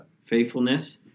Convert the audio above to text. faithfulness